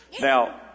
Now